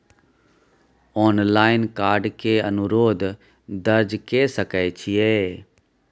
Online card के अनुरोध दर्ज के सकै छियै?